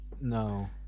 No